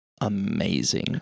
amazing